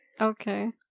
Okay